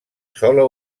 sola